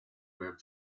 web